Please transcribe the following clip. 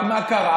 רק מה קרה?